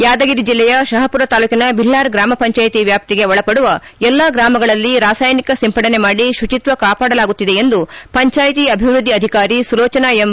ಯಾದಗಿರಿ ಜಿಲ್ಲೆಯ ಶಹಾಪುರ ತಾಲೂಕಿನ ಬಿಳ್ವಾರ್ ಗ್ರಾಮ ಪಂಚಾಯಿತಿ ವ್ಯಾಪ್ತಿಗೆ ಒಳಪಡುವ ಎಲ್ಲಾ ಗ್ರಾಮಗಳಲ್ಲಿ ರಾಸಾಯನಿಕ ಸಿಂಪಡಣೆ ಮಾಡಿ ಶುಚಿತ್ನ ಕಾಪಾಡಲಾಗುತ್ತಿದೆ ಎಂದು ಪಂಚಾಯಿತಿ ಅಭಿವೃದ್ಧಿ ಅಧಿಕಾರಿ ಸುಲೋಚನ ಎಂ